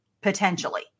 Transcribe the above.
potentially